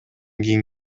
кийин